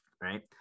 right